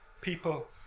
people